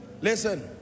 listen